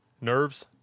Nerves